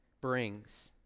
brings